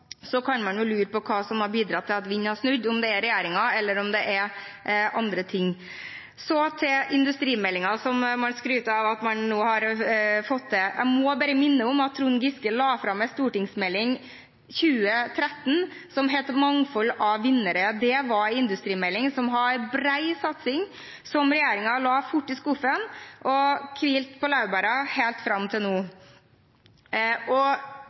så kan man jo lure på hva som har bidratt til at vinden har snudd, om det er regjeringen, eller om det er andre ting. Så til industrimeldingen, som man skryter av at man nå har fått til. Jeg må bare minne om at Trond Giske la fram en stortingsmelding i 2013 som het Mangfold av vinnere. Det var en industrimelding som hadde en bred satsing, som regjeringen fort la i skuffen, og de har hvilt på laurbærene helt fram til nå.